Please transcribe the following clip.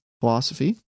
philosophy